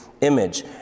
image